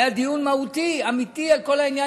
היה דיון מהותי, אמיתי, על כל העניין.